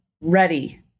Ready